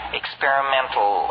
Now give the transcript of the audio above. experimental